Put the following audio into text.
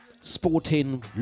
sporting